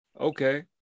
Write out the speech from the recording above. Okay